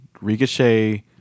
Ricochet